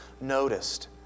noticed